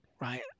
right